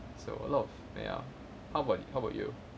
so a lot of ya how about how about you